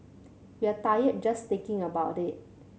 we're tired just thinking about it